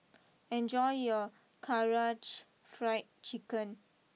enjoy your Karaage Fried Chicken